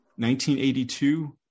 1982